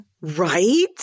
right